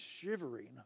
shivering